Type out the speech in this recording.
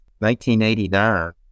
1989